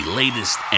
latest